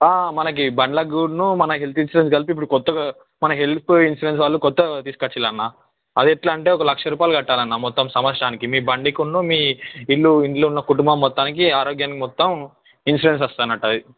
మనకి బండ్లకూను మా హెల్త్ ఇన్సూరెన్స్ ఇప్పుడు కలిపి కొత్తగా మన హెల్ప్ ఇన్సూరెన్స్ వాళ్ళు కొత్తగా తీస్కచ్చిళ్ళా అన్న అది ఎట్లా అంటే ఒక లక్ష రూపాయాలు కట్టాలి అన్న మొత్తం సంవత్సరానికి మీ బండికును మీ ఇండ్లు ఇండ్లు ఉన్న కుటుంబం మొత్తానికి ఆరోగ్యానికి మొత్తం ఇన్సూరెన్స్ వస్తుందన్నట్టు అది